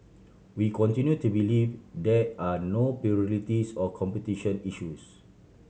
we continue to believe there are no pluralities or competition issues